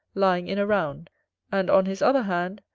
lying in a round and, on his other hand,